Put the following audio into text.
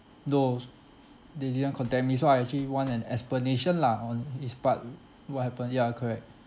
no s~ they didn't contact me so I actually want an explanation lah on this part what happened ya correct